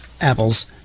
Apple's